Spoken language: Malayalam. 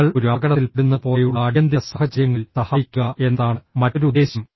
നിങ്ങൾ ഒരു അപകടത്തിൽ പെടുന്നത് പോലെയുള്ള അടിയന്തിര സാഹചര്യങ്ങളിൽ സഹായിക്കുക എന്നതാണ് മറ്റൊരു ഉദ്ദേശ്യം